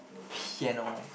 piano